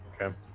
Okay